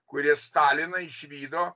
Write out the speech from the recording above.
kurie staliną išvydo